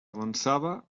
avançava